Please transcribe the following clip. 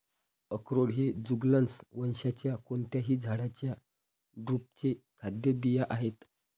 अक्रोड हे जुगलन्स वंशाच्या कोणत्याही झाडाच्या ड्रुपचे खाद्य बिया आहेत